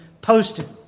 posted